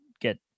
get